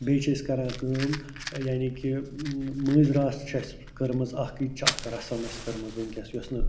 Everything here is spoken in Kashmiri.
بیٚیہِ چھِ أسۍ کران کٲم یعنی کہِ مٲنٛزِ راتھ چھِ اَسہِ کٔرٕمٕژ اَکھ یِتہِ چھِ اَکھ رَسَم اَسہِ کٔرمٕژ وٕنۍکٮ۪س یۄس نہٕ